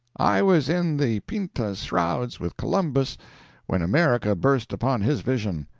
i was in the pinta's shrouds with columbus when america burst upon his vision.